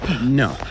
No